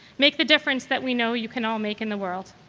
make the difference that we know you can all make in the world.